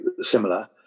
similar